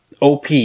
OP